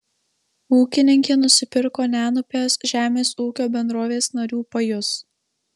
ūkininkė nusipirko nenupės žemės ūkio bendrovės narių pajus